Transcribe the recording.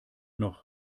noch